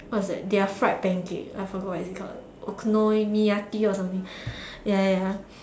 what's that their fried pancake I forgot what is it called okonomiyaki or something ya ya